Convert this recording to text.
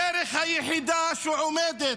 הדרך היחידה שעומדת,